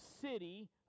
city